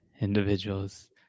individuals